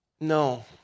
no